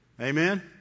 Amen